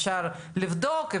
אפשר לבדוק,